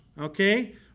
okay